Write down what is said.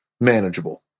manageable